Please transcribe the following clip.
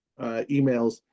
emails